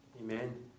Amen